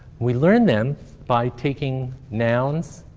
we learn them by taking nouns,